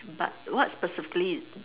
but what specifically is